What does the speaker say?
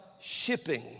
shipping